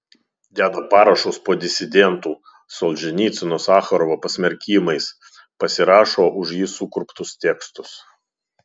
deda parašus po disidentų solženicyno sacharovo pasmerkimais pasirašo už jį sukurptus tekstus